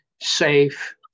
safe